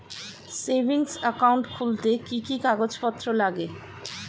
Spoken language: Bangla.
সেভিংস একাউন্ট খুলতে কি কি কাগজপত্র লাগে?